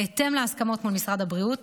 בהתאם להסכמות מול משרד הבריאות,